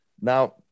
Now